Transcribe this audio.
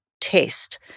test